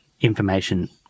information